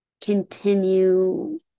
continue